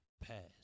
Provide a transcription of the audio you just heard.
past